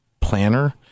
planner